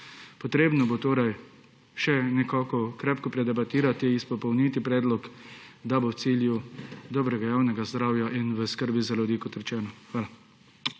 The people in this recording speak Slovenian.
potrebno še nekako krepko predebatirati, izpopolniti predlog, da bo v cilju dobrega javnega zdravja in v skrbi za ljubi, kot rečeno. Hvala.